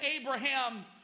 Abraham